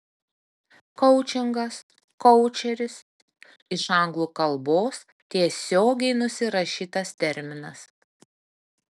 koučingas koučeris iš anglų kalbos tiesiogiai nusirašytas terminas